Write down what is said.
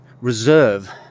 reserve